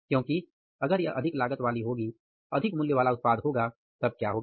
क्योंकि अगर यह अधिक लागत वाली होगी अधिक मूल्य वाला उत्पाद होगा तब क्या होगा